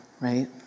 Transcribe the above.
Right